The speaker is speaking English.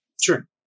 Sure